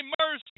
mercy